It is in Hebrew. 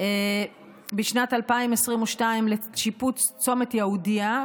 בשנת 2022 לשיפוץ צומת יהודייה.